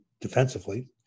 defensively